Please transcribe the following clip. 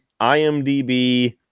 IMDb